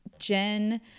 Jen